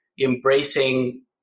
embracing